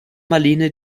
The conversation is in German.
marlene